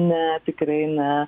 ne tikrai ne